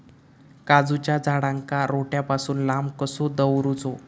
काजूच्या झाडांका रोट्या पासून लांब कसो दवरूचो?